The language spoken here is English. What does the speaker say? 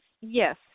yes